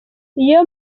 iyo